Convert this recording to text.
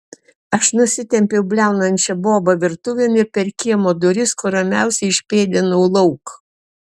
aš nusitempiau bliaunančią bobą virtuvėn ir per kiemo duris kuo ramiausiai išpėdinau lauk